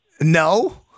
No